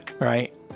right